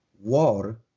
war